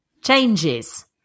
changes